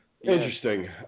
Interesting